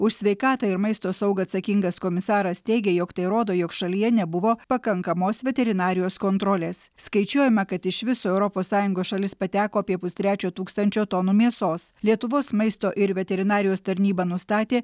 už sveikatą ir maisto saugą atsakingas komisaras teigė jog tai rodo jog šalyje nebuvo pakankamos veterinarijos kontrolės skaičiuojama kad iš viso į europos sąjungos šalis pateko apie pustrečio tūkstančio tonų mėsos lietuvos maisto ir veterinarijos tarnyba nustatė